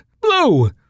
Blue